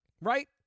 Right